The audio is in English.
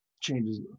changes